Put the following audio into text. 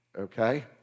okay